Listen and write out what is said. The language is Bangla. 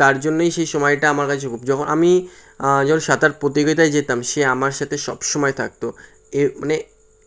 তার জন্যই সেই সময়টা আমার কাছে খুব যখন আমি যখন সাঁতার প্রতিযোগিতায় যেতাম সে আমার সাথে সব সময় থাকতো এ মানে